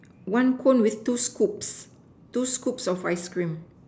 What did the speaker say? one cone with two scoops two scoops of ice cream